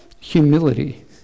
humility